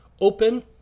Open